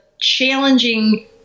challenging